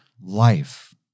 life